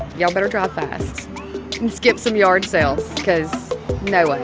y'all better drive fast and skip some yard sales because no way.